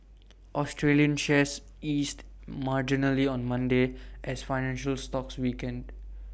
Australian shares eased marginally on Monday as financial stocks weakened